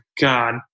God